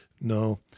no